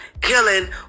killing